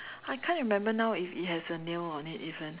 I can't remember now if it has a nail on it even